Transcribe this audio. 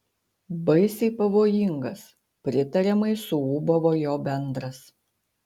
baisiai pavojingas pritariamai suūbavo jo bendras